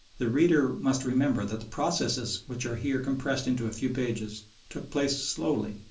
the reader must remember that the processes which are here compressed into a few pages took place slowly,